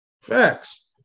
Facts